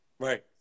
right